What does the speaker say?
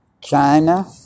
China